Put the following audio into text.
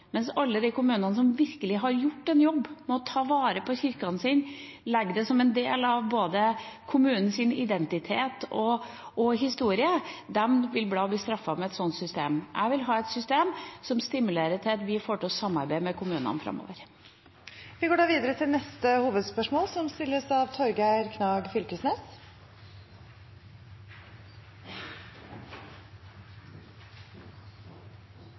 med å ta vare på kirkene sine og ser det som en del av kommunens identitet og historie, vil bli straffet med et slikt system. Jeg vil ha et system som stimulerer til at vi får til et samarbeid med kommunene framover. Vi går videre til neste hovedspørsmål.